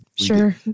Sure